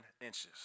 inches